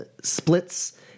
splits